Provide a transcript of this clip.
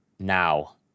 now